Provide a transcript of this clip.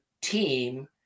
team